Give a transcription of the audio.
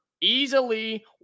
easily